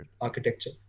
Architecture